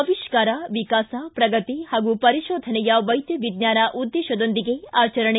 ಅವಿಷ್ಕಾರ ವಿಕಾಸ ಪ್ರಗತಿ ಹಾಗೂ ಪರಿಶೋಧನೆಯ ವೈದ್ಯ ವಿಜ್ಞಾನ ಉದ್ದೇಶದೊಂದಿಗೆ ಆಚರಣೆ